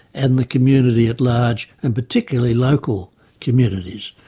and the community at large, and particularly local communities.